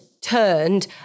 turned